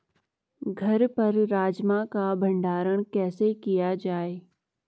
घर पर राजमा का भण्डारण कैसे किया जाय?